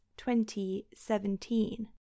2017